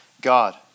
God